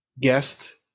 guest